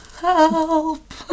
Help